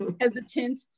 hesitant